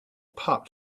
pup